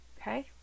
Okay